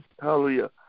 Hallelujah